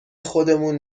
خودمون